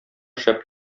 шәп